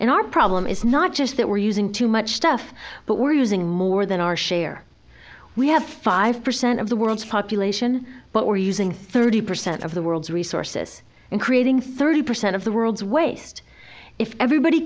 in our problem is not just that we're using too much stuff but we're using more than our share we have five percent of the world's population but we're using thirty percent of the world's resources in creating thirty percent of the world's waste if everybody